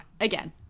again